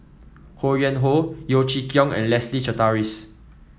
Ho Yuen Hoe Yeo Chee Kiong and Leslie Charteris